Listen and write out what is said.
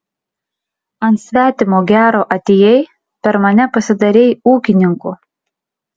ant svetimo gero atėjai per mane pasidarei ūkininku